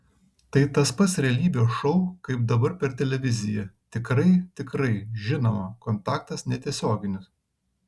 tai tas pat realybės šou kaip dabar per televiziją tikrai tikrai žinoma kontaktas netiesioginis